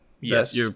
Yes